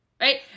right